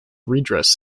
redress